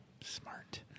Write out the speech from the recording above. smart